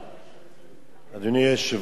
אדוני היושב-ראש, כנסת נכבדה,